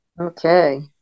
Okay